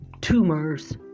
tumors